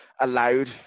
allowed